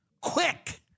Quick